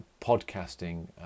podcasting